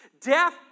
death